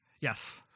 yes